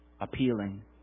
appealing